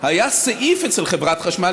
היה סעיף אצל חברת החשמל,